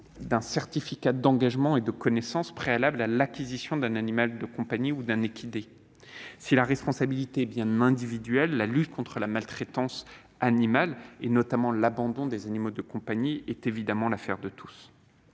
d'un certificat d'engagement et de connaissance préalable à l'acquisition d'un animal de compagnie ou d'un équidé. Si la responsabilité est bien individuelle, la lutte contre la maltraitance animale, notamment l'abandon des animaux de compagnie, est évidemment l'affaire de tous.